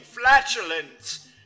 flatulence